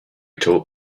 told